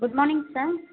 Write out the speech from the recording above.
goodmorning sir